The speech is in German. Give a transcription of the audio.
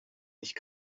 nicht